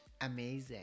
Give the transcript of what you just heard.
amazing